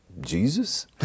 Jesus